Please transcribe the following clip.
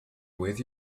with